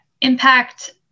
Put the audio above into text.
impact